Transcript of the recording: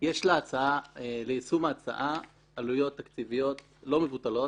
יש ליישום ההצעה עלויות תקציביות לא מבוטלות.